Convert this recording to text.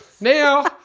Now